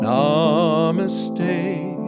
Namaste